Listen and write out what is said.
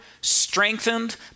strengthened